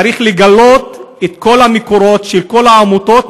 צריך לגלות את כל המקורות של כל העמותות,